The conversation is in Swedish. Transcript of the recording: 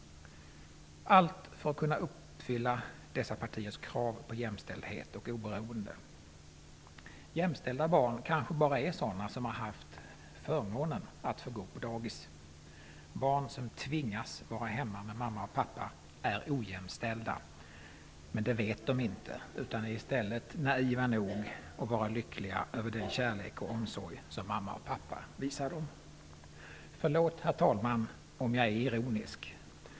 Allt detta sker för att kunna uppfylla dessa partiers krav på jämställdhet och oberoende. Jämställda barn kanske bara är sådana som har haft förmånen att få gå på dagis. Barn som tvingas vara hemma med mamma och pappa är ojämställda, men det vet de inte. De är i stället naiva nog att vara lyckliga över den kärlek och omsorg som mamma och pappa visar dem. Herr talman! Förlåt om jag är ironisk.